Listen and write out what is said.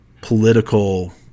political